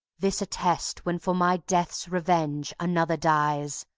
this attest when for my death's revenge another dies,